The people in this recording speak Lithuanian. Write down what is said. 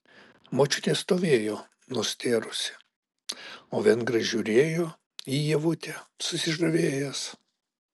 močiutė stovėjo nustėrusi o vengras žiūrėjo į ievutę susižavėjęs